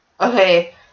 Okay